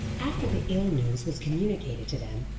after the ill news was communicated to them,